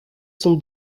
son